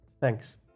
Thanks